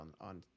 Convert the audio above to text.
on